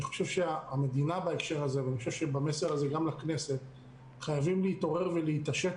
המדינה והכנסת בהקשר הזה חייבות להתעורר ולהתעשת